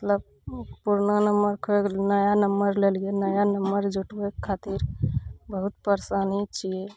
मतलब पुरना नम्बर खो गेलियै नया नम्बर लेलियै नया नम्बर जुरबैक खातिर बहुत परेशानी छियै